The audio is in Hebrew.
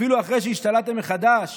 אפילו אחרי שהשתלטתם מחדש